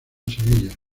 sevilla